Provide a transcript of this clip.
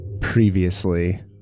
previously